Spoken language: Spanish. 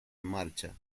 marcha